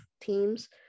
teams